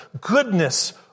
goodness